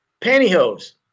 pantyhose